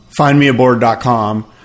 findmeaboard.com